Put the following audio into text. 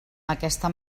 aquesta